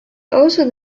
also